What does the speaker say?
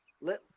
let